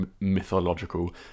mythological